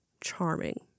charming